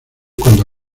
cuando